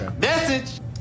Message